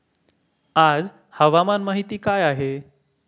आज हवामान माहिती काय आहे?